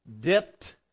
dipped